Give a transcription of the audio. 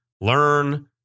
learn